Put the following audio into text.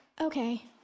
Okay